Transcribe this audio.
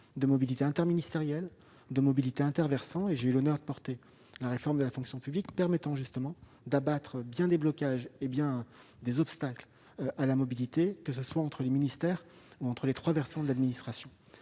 la fois interministérielle et inter-versants. J'ai eu l'honneur de défendre la réforme de la fonction publique, permettant justement d'abattre bien des blocages et des obstacles à la mobilité, que ce soit entre les ministères ou entre les trois versants de l'administration.